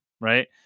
right